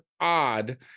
odd